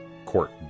court